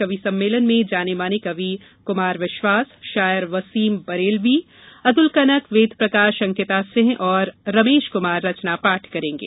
कवि सम्मेलन में जानेमाने कवि कुमार विश्वास शायर वसीम बरेलवी अतुल कनक वेद प्रकाश अंकिता सिंह और रमेश कुमार रचना पाठ करेंगे